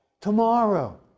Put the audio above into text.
tomorrow